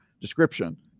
description